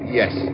yes